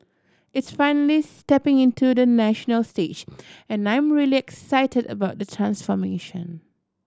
it's finally stepping into the national stage and I'm really excited about the transformation